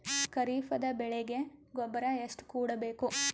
ಖರೀಪದ ಬೆಳೆಗೆ ಗೊಬ್ಬರ ಎಷ್ಟು ಕೂಡಬೇಕು?